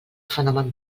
fenomen